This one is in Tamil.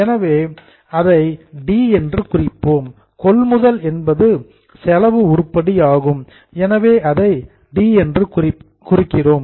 எனவே அதை டி என்று குறிப்போம் கொள்முதல் என்பது செலவு உருப்படி ஆகும் எனவே அதை டி என்று குறிக்கிறோம்